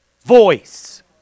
voice